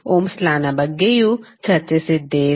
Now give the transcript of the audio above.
Ohm's law ನOhm's Law ಬಗ್ಗೆಯೂ ಚರ್ಚಿಸಿದ್ದೇವೆ